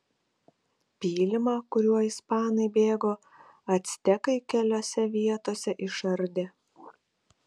pylimą kuriuo ispanai bėgo actekai keliose vietose išardė